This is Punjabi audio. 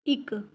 ਇੱਕ